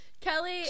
Kelly